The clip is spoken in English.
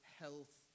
health